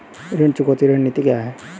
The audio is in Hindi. ऋण चुकौती रणनीति क्या है?